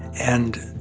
and,